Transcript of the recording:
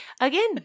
again